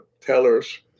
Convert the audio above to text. tellers